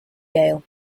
gael